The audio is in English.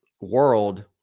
world